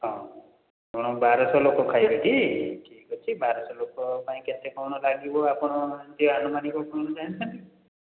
ହଁ ଆପଣ ବାରଶହ ଲୋକ ଖାଇବେ ଟି ଠିକ୍ ଅଛି ବାରଶହ ଲୋକ ପାଇଁ କେତେ କ'ଣ ଲାଗିବ ଆପଣ ଏମିତି ଆନୁମାନିକ କ'ଣ ଜାଣିଛନ୍ତି